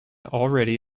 already